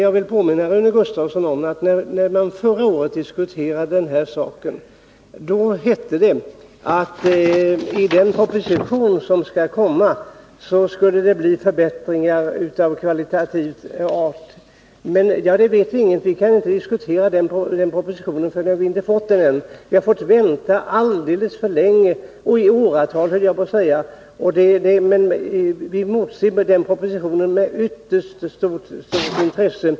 Jag vill påminna Rune Gustavsson om att när vi förra året diskuterade den här saken hette det att i den proposition som skulle komma skulle det bli förbättringar av kvalitativ art. Det vet vi nu ingenting om — vi kan inte diskutera den propositionen, för vi har inte fått den än. Vi har fått vänta alldeles för länge, i åratal höll jag på att säga. Vi emotser den propositionen med ytterst stort intresse.